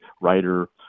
writer